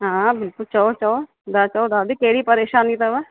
हा बिल्कुल चओ चओ हा चओ दादी कहिड़ी परेशानी अथव